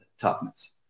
toughness